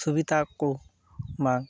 ᱥᱩᱵᱤᱫᱷᱟ ᱟᱠᱚ ᱵᱟᱝ